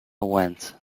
went